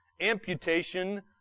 amputation